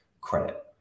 credit